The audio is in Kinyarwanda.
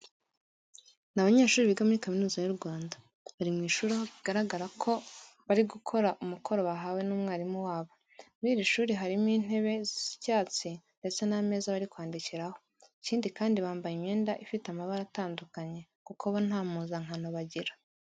Ni banyeshuri biga muri kaminuza y'u Rwanda, bari mu ishuri aho bigaragara ko bari gukora umukoro bahawe n'umwarimu wabo. Muri iri shuri harimo intebe zisa icyatsi ndetse n'ameza bari kwandikiraho. Ikindi kandi bambaye imyenda ifite amabara atandukanye kuko bo nta mpuzankano bagira.